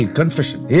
confession